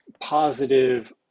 positive